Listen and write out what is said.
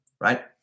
right